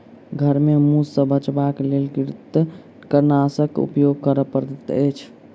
घर में मूस सॅ बचावक लेल कृंतकनाशक के उपयोग करअ पड़ैत अछि